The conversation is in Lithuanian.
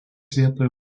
vietoje